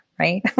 Right